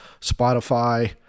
Spotify